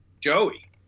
Joey